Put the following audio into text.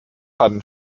hatten